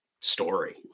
story